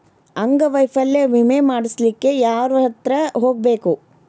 ಅಂಗವೈಫಲ್ಯ ವಿಮೆ ಮಾಡ್ಸ್ಲಿಕ್ಕೆ ಯಾರ್ಹತ್ರ ಹೊಗ್ಬ್ಖು?